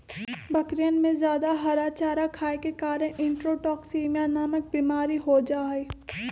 बकरियन में जादा हरा चारा खाये के कारण इंट्रोटॉक्सिमिया नामक बिमारी हो जाहई